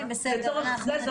לצורך זה,